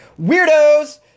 Weirdos